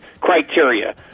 criteria